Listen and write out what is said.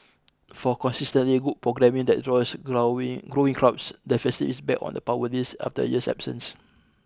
for consistently good programming that draws growing growing crowds the festival is back on the Power List after a year's absence